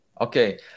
Okay